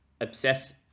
obsess